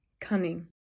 Cunning